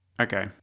Okay